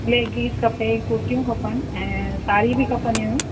leggings खपे कुर्तियूं खपनि ऐं साड़ी बि खपंदियूं हुयूं